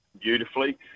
beautifully